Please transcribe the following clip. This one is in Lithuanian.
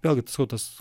gal gi sakau tas